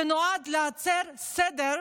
שנועד לעשות סדר,